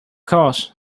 course